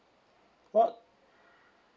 what